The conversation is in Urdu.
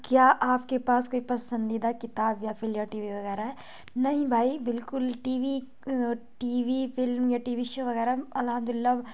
کیا آپ کے پاس کوئی پسندیدہ کتاب یا ٹی وی وغیرہ ہے نہیں بھائی بالکل T V T V film یا ٹی وی شو وغیرہ الحمد للہ